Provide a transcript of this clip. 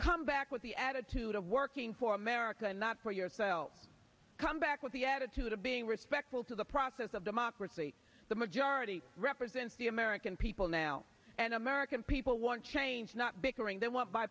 come back with the attitude of working for america and not for yourself come back with the attitude of being respectful to the process of democracy the majority represents the american people now and american people want change not declaring they want b